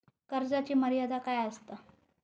कर्जाची मर्यादा काय असता?